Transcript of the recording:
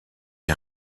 les